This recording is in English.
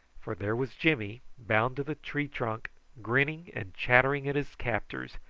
for there was jimmy bound to the tree trunk, grinning and chattering at his captors,